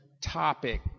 topic